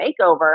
makeover